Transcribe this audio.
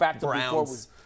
Browns